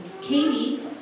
Katie